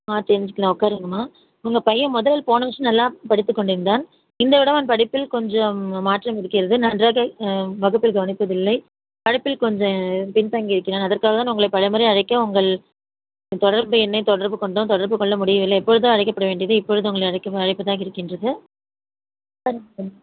ஆ தெரிஞ்சிக்கலாம் உட்காருங்கம்மா உங்கள் பையன் முதல் போன வருடம் நல்லா படித்து கொண்டு இருந்தான் இந்த வருடம் அவன் படிப்பில் கொஞ்சம் மாற்றம் இருக்கிறது நன்றாக வகுப்பில் கவனிப்பதில்லை படிப்பில் கொஞ்சம் பின் தங்கி இருக்கிறான் அதற்காகதான் நான் உங்களை பலமுறை அழைக்க உங்கள் தொடர்பு எண்ணை தொடர்பு கொண்டோம் தொடர்பு கொள்ள முடிய வில்லை எப்பொழுதோ அழைக்கப்பட வேண்டியது இப்பொழுது உங்களை அழைக்கவே அழைப்பதாக இருக்கின்றது